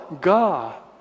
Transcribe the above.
God